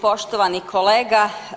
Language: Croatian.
Poštovani kolega.